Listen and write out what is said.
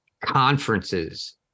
conferences